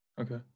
Okay